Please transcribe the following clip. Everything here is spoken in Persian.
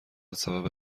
سبب